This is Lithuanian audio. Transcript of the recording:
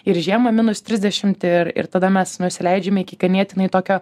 ir žiemą minus trisdešimt ir ir tada mes nusileidžiame iki ganėtinai tokio